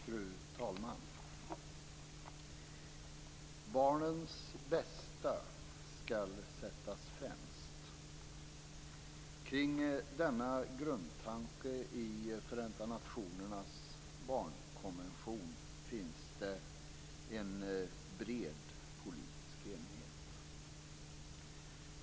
Fru talman! Barnets bästa skall sättas främst. Kring denna grundtanke i Förenta nationernas barnkonvention finns det en bred politisk enighet.